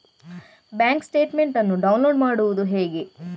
Bank statement ಅನ್ನು download ಮಾಡುವುದು ಹೇಗೆ?